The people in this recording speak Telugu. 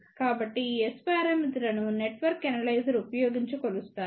కాబట్టి ఈ S పారామితులను నెట్వర్క్ ఎనలైజర్ ఉపయోగించి కొలుస్తారు